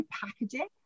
packaging